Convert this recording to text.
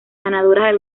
ganadoras